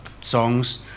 songs